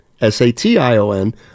S-A-T-I-O-N